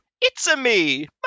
it's-a-me